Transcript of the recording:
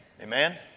Amen